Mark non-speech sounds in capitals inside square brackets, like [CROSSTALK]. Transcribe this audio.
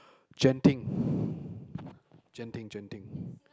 Genting [BREATH] Genting Genting [BREATH]